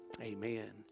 Amen